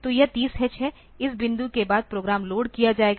तो यह 30h है इस बिंदु के बाद प्रोग्राम लोड किया जाएगा